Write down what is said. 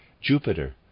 Jupiter